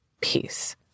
peace